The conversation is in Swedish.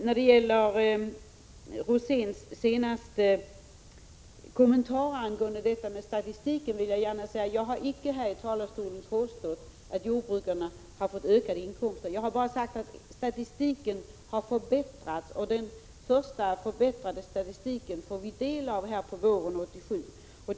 Med anledning av Bengt Roséns senaste kommentar angående statistiken vill jag gärna säga att jag har icke här ifrån talarstolen påstått att jordbrukarna har fått ökade inkomster. Jag har bara sagt att statistiken har förbättrats. Den första förbättrade statistiken får vi del av på våren 1987.